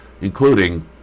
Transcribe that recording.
including